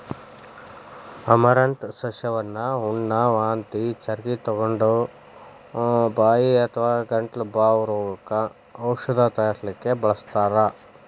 amaranth ಸಸ್ಯವನ್ನ ಹುಣ್ಣ, ವಾಂತಿ ಚರಗಿತೊಗೊಂಡ, ಬಾಯಿ ಅಥವಾ ಗಂಟಲ ಬಾವ್ ರೋಗಕ್ಕ ಔಷಧ ತಯಾರಿಸಲಿಕ್ಕೆ ಬಳಸ್ತಾರ್